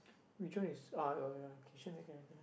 which one is ah